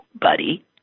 buddy